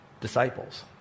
disciples